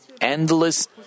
endless